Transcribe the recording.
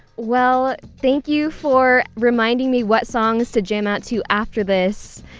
well. thank you for reminding me what songs to jam out to after this.